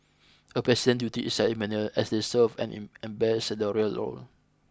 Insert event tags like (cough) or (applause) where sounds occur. a president's duty is ceremonial as they serve an (unintelligible) ambassadorial role